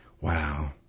wow